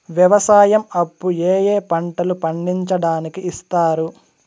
వ్యవసాయం అప్పు ఏ ఏ పంటలు పండించడానికి ఇస్తారు?